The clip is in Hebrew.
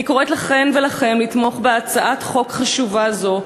אני קוראת לכן ולכם לתמוך בהצעת חוק חשובה זו.